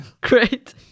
great